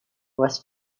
was